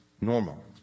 normal